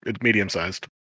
medium-sized